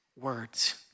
words